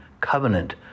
covenant